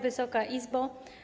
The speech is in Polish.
Wysoka Izbo!